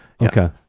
Okay